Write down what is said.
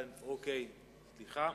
סליחה,